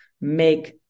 make